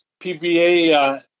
PVA